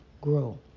grow